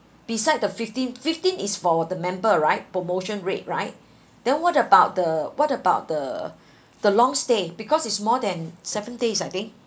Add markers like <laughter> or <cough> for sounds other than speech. beside the fifteen fifteen is for the member right promotion rate right <breath> then what about the what about the <breath> the long stay because it's more than seven days I think